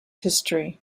history